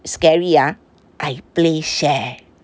scary ah I play share